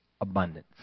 abundance